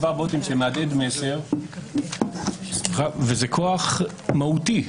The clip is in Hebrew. יש צבא בוטים שמהדהד מסר, וזה כוח מהותי,